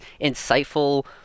insightful